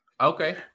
Okay